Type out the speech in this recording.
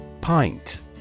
Pint